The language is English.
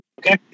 Okay